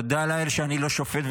תודה לאל שאני לא שופט.